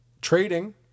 trading